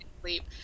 sleep